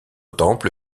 temple